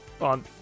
on